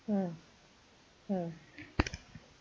mm mm